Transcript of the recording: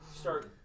start